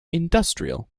industrial